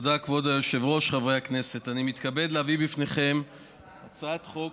עוברים לסעיף 16 בסדר-היום: הצעת חוק